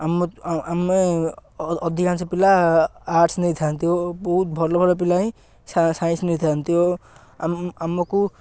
ଆମ ଆମେ ଅ ଅଧିକାଂଶ ପିଲା ଆର୍ଟସ ନେଇଥାନ୍ତି ଓ ବହୁତ ଭଲ ଭଲ ପିଲା ହିଁ ସା ସାଇନ୍ସ ନେଇଥାନ୍ତି ଓ ଆମ ଆମକୁ